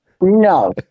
No